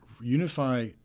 unify